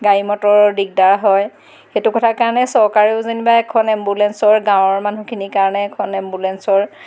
গাড়ী মটৰ দিগদাৰ হয় সেইটো কথাৰ কাৰণে চৰকাৰেও যেনিবা এখন এম্বুলেন্সৰ গাঁৱৰ মানুহখিনিৰ কাৰণে এখন এম্বুলেন্সৰ